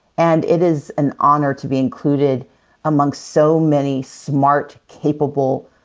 and it is an honor to be included among so many smart, capable,